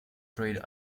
trade